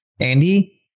Andy